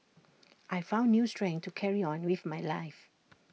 I found new strength to carry on with my life